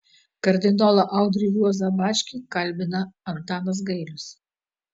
kardinolą audrį juozą bačkį kalbina antanas gailius